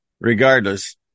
regardless